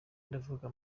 ndavuga